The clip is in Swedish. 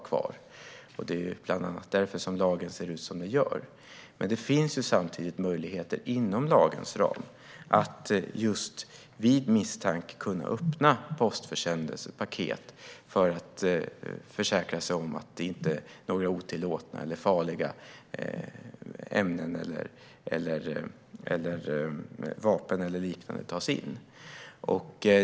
Det är bland annat därför lagen ser ut som den gör. Det finns samtidigt möjligheter inom lagens ram att vid misstanke öppna postförsändelser och paket för att försäkra sig om att inte några otillåtna eller farliga ämnen, vapen eller liknande, tas in.